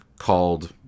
called